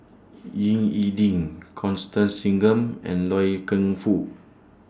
Ying E Ding Constance Singam and Loy Keng Foo